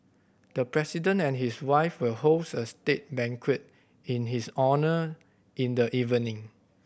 the President and his wife will host a state banquet in his honour in the evening